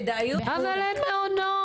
גם אין מעונות.